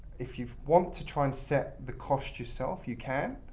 if you want to try and set the cost yourself, you can.